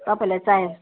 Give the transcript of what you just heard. तपाईँलाई चाहे